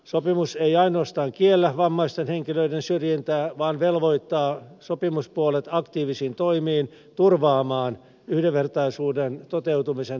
sopimus ei ainoastaan kiellä vammaisten henkilöiden syrjintää vaan velvoittaa sopimuspuolet aktiivisiin toimiin turvaamaan yhdenvertaisuuden toteutumisen täysimääräisesti